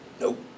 Nope